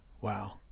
Wow